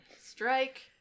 Strike